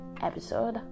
episode